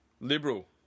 Liberal